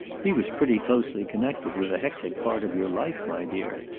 he was pretty closely connected with a hectic part of your life, my dear.